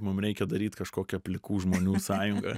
mum reikia daryt kažkokią plikų žmonių sąjungą